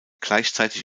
gleichzeitig